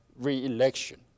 re-election